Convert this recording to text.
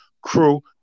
crew